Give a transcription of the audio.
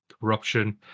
corruption